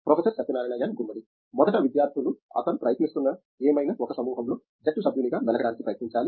professor Satyanarayana N Gummadi మొదట విద్యార్థులు అతను ప్రయత్నిస్తున్న ఏమైనా ఒక సమూహంలో జట్టు సభ్యునిగా మెలగడానికి ప్రయత్నించాలి